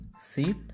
seat